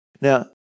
Now